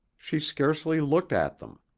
she scarcely looked at them.